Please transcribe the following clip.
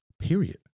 period